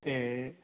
ਤੇ